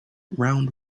round